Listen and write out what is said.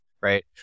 right